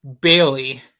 Bailey